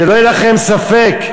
שלא יהיה לכם ספק,